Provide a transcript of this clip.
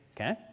Okay